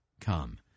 come